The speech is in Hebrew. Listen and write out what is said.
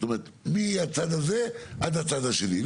זאת אומרת, מהצד הזה, עד הצד השני.